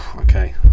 Okay